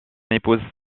épouse